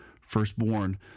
firstborn